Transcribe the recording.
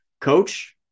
coach